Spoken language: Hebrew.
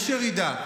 יש ירידה.